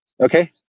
Okay